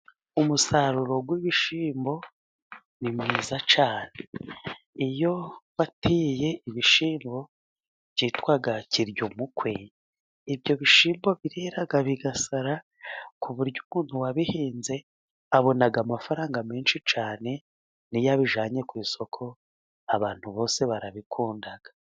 Umusaruro w'ibishyimbo ni mwiza cyane. Iyo wateye ibishyimbo byitwaga Kiryumukwe, ibyo bishyimbo byareraga bigasara, ku buryo umuntu wabihinze abona amafaranga menshi cyane. N'iyo abijyanye ku isoko abantu bose barabikunda.